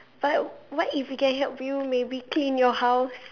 but what if it can help you maybe clean your house